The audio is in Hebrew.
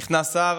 נכנס שר